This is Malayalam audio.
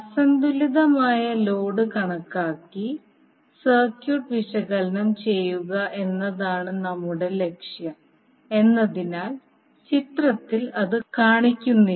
അസന്തുലിതമായ ലോഡ് കണക്കാക്കി സർക്യൂട്ട് വിശകലനം ചെയ്യുക എന്നതാണ് നമ്മളുടെ ലക്ഷ്യം എന്നതിനാൽ ചിത്രത്തിൽ അത് കാണിക്കുന്നില്ല